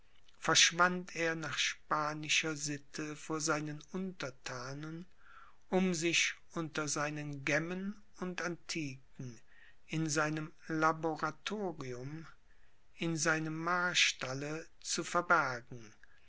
verschwand er nach spanischer sitte vor seinen unterthanen um sich unter seinen gemmen und antiken in seinem laboratorium in seinem marstalle zu verbergen